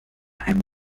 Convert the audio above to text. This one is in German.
einem